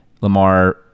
Lamar